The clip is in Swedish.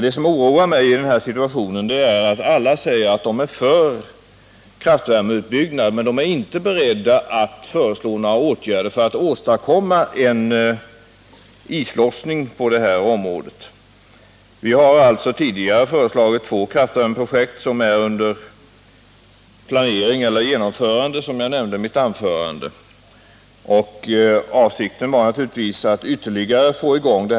Det som oroar mig i den här situationen är att nästan alla säger, att de är för kraftvärmeutbyggnad men inte är beredda att föreslå några åtgärder för att åstadkomma en islossning på detta område. Vi har alltså tidigare föreslagit två kraftvärmeprojekt, som är under planering eller genomförande, som jag nämnde i mitt anförande. Avsikten var naturligtvis att få i gång ytterligare sådana projekt.